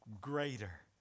greater